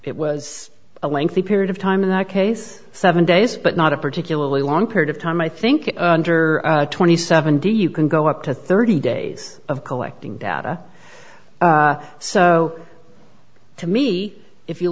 it was a lengthy period of time in that case seven days but not a particularly long period of time i think or twenty seven do you can go up to thirty days of collecting data so to me if you